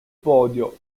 podio